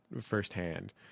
firsthand